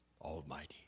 almighty